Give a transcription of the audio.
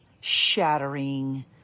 shattering